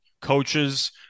coaches